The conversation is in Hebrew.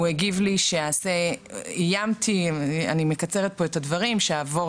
והוא הגיב" אני מקצרת פה: "שאעבור